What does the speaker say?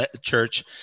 church